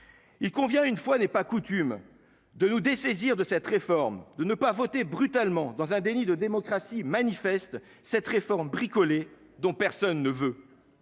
Il convient, une fois n'est pas coutume de nous dessaisir de cette réforme, de ne pas voter brutalement dans un déni de démocratie manifestent cette réforme bricolée dont personne ne veut.